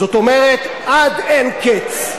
זאת אומרת, עד אין קץ.